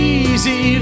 easy